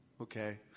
Okay